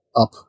up